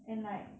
and like